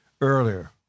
earlier